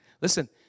Listen